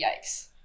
yikes